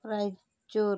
Raichur